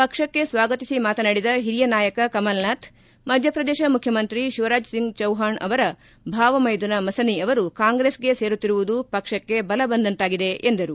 ಪಕ್ಷಕ್ಕೆ ಸ್ವಾಗತಿಸಿ ಮಾತನಾಡಿದ ಹಿರಿಯ ನಾಯಕ ಕಮಲ್ನಾಥ್ ಮಧ್ಯಪ್ರದೇಶ ಮುಖ್ಯಮಂತ್ರಿ ಶಿವರಾಜ್ ಸಿಂಗ್ ಚೌಹಾಣ್ ಅವರ ಭಾವ ಮೈದುನ ಮಸನಿ ಅವರು ಕಾಂಗ್ರೆಸ್ಗೆ ಸೇರುತ್ತಿರುವುದು ಪಕ್ಷಕ್ಕೆ ಬಲ ಬಂದಂತಾಗಿದೆ ಎಂದರು